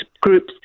groups